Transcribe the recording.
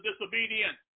disobedience